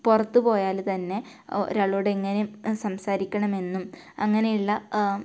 പുറത്ത് പോയാൽ തന്നെ ഒരാളോട് എങ്ങനെ സംസാരിക്കണമെന്നും അങ്ങനെയുള്ള